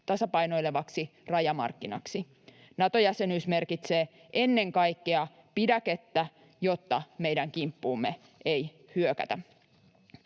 tasapainoilevaksi rajamarkkinaksi. Nato-jäsenyys merkitsee ennen kaikkea pidäkettä, jotta meidän kimppuumme ei hyökätä.